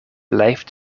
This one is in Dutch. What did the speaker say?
blijft